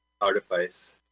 Artifice